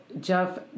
Jeff